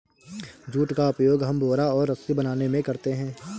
jute का उपयोग हम बोरा और रस्सी बनाने में करते हैं